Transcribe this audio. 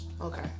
Okay